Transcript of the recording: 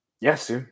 Yes